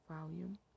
Volume